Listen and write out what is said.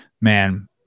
man